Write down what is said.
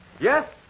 Yes